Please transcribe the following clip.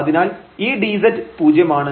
അതിനാൽ ഈ dz പൂജ്യമാണ്